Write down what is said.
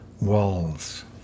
walls